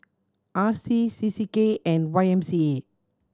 R C C C K and Y M C A